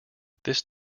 this